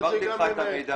כבר העברתי לך את המידע.